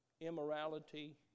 immorality